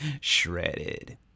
Shredded